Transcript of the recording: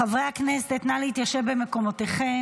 חברי הכנסת, נא להתיישב במקומותיכם.